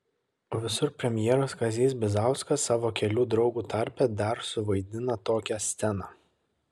o visur premjeras kazys bizauskas savo kelių draugų tarpe dar suvaidina tokią sceną